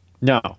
No